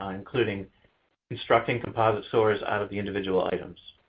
um including constructing composite scores out of the individual items.